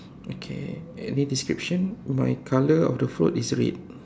okay any description my color of the float is red